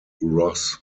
ross